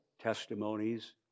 testimonies